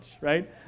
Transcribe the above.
right